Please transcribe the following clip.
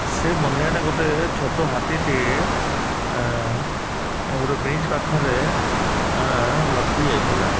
ସେ ବନ୍ୟାରେ ଗୋଟେ ଛୋଟ ହାତୀଟିଏ ଗୋଟେ ବ୍ରିଜ୍ ପାଖରେ ଲଟକି ଯାଇଥିଲା